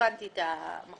הבנתי את המחלוקת.